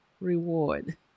reward